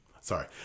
Sorry